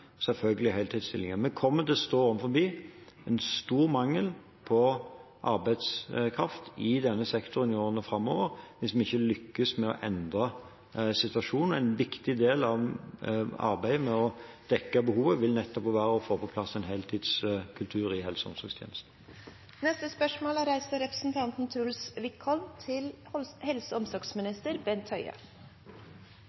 heltidsstillinger. Vi kommer til å stå overfor en stor mangel på arbeidskraft i denne sektoren i årene framover hvis vi ikke lykkes med å endre situasjonen. En viktig del av arbeidet med å dekke behovet vil nettopp å være få på plass en heltidskultur i helse- og omsorgstjenesten. «Høyre og Fremskrittspartiet er tydelige på at de ønsker betydelig mer privatisering i eldreomsorgen. Dessverre er det en kjensgjerning at dårligere lønns- og